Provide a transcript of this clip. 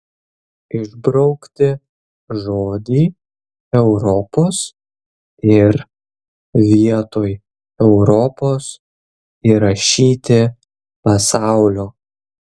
išbraukti žodį europos ir vietoj europos įrašyti pasaulio